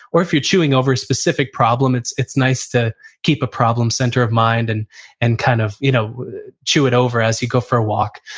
or if you're chewing over a specific problem it's it's nice to keep a problem center of mind and and kind of you know chew it over as you go for a walk.